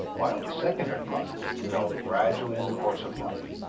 while the secondary processes develop gradually in the course of life,